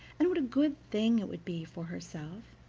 and what a good thing it would be for herself,